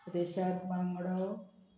रेशाद बांगडो